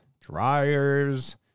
dryers